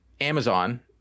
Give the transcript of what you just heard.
Amazon